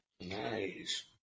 Nice